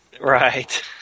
Right